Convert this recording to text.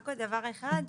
רק עוד דבר אחד,